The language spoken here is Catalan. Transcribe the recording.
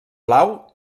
blau